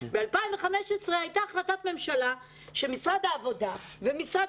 ב-2015 הייתה החלטת ממשלה שמשרד העבודה ומשרד